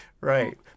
right